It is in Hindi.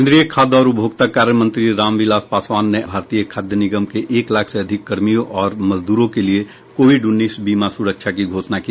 केंद्रीय खाद्य और उपभोक्ता कार्य मंत्री रामविलास पासवान ने भारतीय खाद्य निगम के एक लाख से अधिक कर्मियों और मजदूरों के लिए कोविड उन्नीस बीमा सुरक्षा की घोषणा की